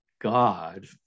God